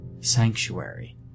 sanctuary